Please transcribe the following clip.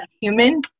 human